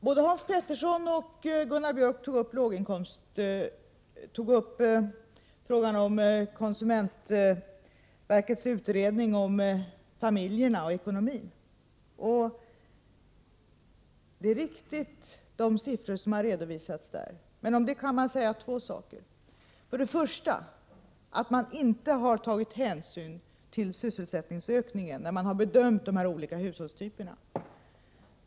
Både Hans Petersson och Gunnar Björk tog upp konsumentverkets utredning om familjerna och ekonomin. De siffror som där har redovisats är riktiga. Men om dem kan man säga två saker. För det första har man inte tagit hänsyn till sysselsättningsökningen när man bedömt de olika hushållstyperna.